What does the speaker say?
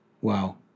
Wow